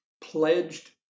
Pledged